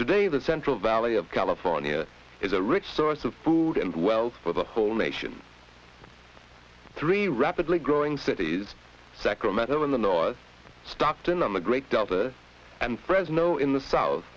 today the central valley of california is a rich source of food and wells for the whole nation three rapidly growing cities sacramento in the north stockton on the great delta and fresno in the south